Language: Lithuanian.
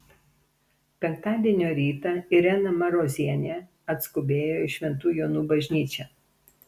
penktadienio rytą irena marozienė atskubėjo į šventų jonų bažnyčią